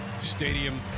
Stadium